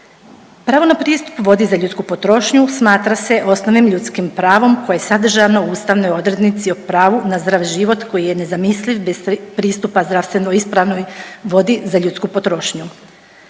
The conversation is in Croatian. Pravo na pristup vodi za ljudsku potrošnju smatra se osnovnim ljudskim pravom koje je sadržano u ustavnoj odrednici o pravu na zdrav život koji je nezamisliv bez pristupa zdravstveno ispravnoj vodi za ljudsku potrošnju.